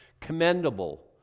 commendable